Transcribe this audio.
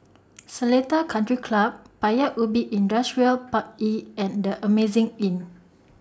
Seletar Country Club Paya Ubi Industrial Park E and The Amazing Inn